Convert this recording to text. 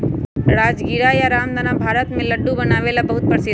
राजगीरा या रामदाना भारत में लड्डू बनावे ला बहुत प्रसिद्ध हई